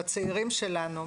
בצעירים שלנו,